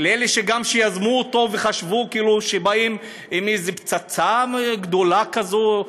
גם לאלה שיזמו אותו וחשבו שבאים עם איזה פצצה גדולה כזאת,